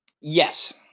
Yes